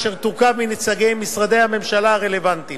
אשר תורכב מנציגי משרדי הממשלה הרלוונטיים,